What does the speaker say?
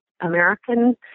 American